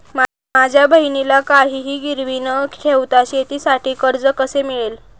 माझ्या बहिणीला काहिही गिरवी न ठेवता शेतीसाठी कर्ज कसे मिळेल?